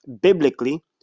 biblically